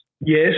Yes